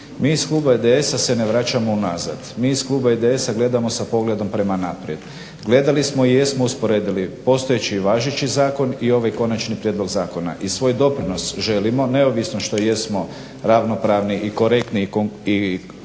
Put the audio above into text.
mi iz kluba IDS-a se ne vraćamo unazad, mi iz kluba IDS-a gledamo sa pogledom prema naprijed. Gledali smo i jesmo usporedili postojeći i važeći zakon i ovaj konačni prijedlog zakona i svoj doprinos želimo, neovisno što jesmo ravnopravni, i korektni i konstruktivni